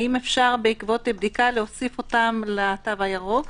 האם אפשר בעקבות בדיקה להוסיף אותם לתו הירוק?